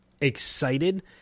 excited